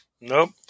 nope